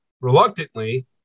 reluctantly